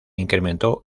incrementó